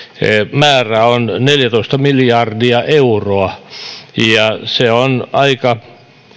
määrä on neljätoista miljardia euroa ja se on aika